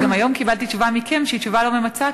וגם היום קיבלתי מכם תשובה שהיא תשובה לא ממצה.